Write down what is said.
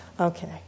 Okay